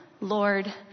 Lord